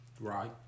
Right